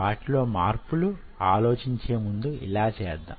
వాటిలో మార్పులు ఆలోచించే ముందు ఇలా చేద్దాం